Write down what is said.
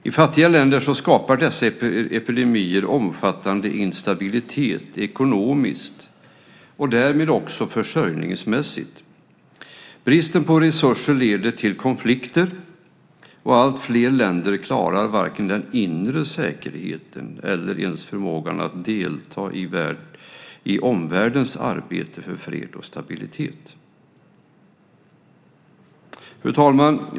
I fattiga länder skapar dessa epidemier omfattande instabilitet ekonomiskt och därmed också försörjningsmässigt. Bristen på resurser leder till konflikter, och alltfler länder klarar varken den inre säkerheten eller att delta i omvärldens arbete för fred och stabilitet. Fru talman!